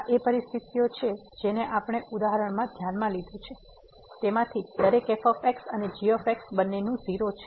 આ એ પરિસ્થિતિઓ છે જેનો આપણે આ ઉદાહરણોમાં ધ્યાનમાં લીધું છે તેમાંથી દરેક f અને g બંનેનું 0 છે